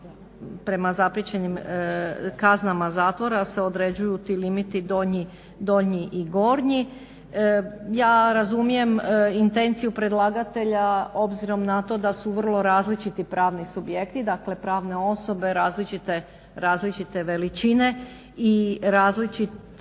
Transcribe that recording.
prema zapriječenim kaznama zatvora se određuju ti limiti donji i gornji. Ja razumijem intenciju predlagatelja obzirom na to da su vrlo različiti pravni subjekti, dakle pravne osobe različite veličine i različitog